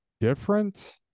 Different